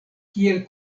kiel